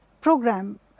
program